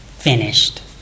finished